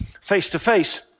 face-to-face